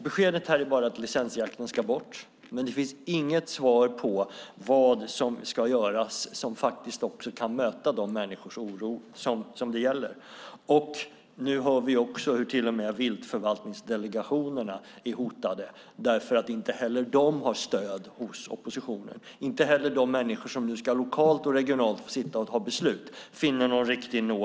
Beskedet i dag är bara att licensjakten ska bort, men det ges inget besked om vad som ska göras för att möta oron hos de människor det gäller. Nu får vi höra att till och med viltförvaltningsdelegationerna är hotade, för de har inget stöd hos oppositionen, och inte heller de människor som lokalt och regionalt ska fatta besluten finner nåd hos oppositionen.